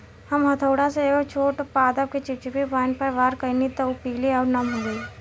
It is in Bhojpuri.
हम हथौड़ा से एगो छोट पादप के चिपचिपी पॉइंट पर वार कैनी त उ पीले आउर नम हो गईल